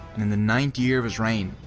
in the ninth year of his reign,